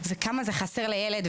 וכמה זה חסר לילד.